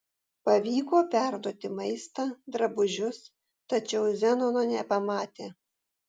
pavyko perduoti maistą drabužius tačiau zenono nepamatė